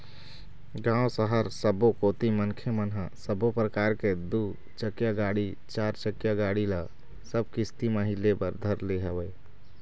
गाँव, सहर सबो कोती मनखे मन ह सब्बो परकार के दू चकिया गाड़ी, चारचकिया गाड़ी ल सब किस्ती म ही ले बर धर ले हवय